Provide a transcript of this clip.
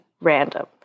random